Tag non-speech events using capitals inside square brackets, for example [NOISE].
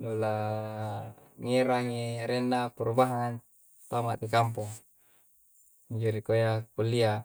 Nula [HESITATION] ngerangi arenna perubahang antama' ri kamponga. Injo rikuayya kullia.